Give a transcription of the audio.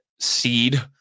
Seed